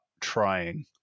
Trying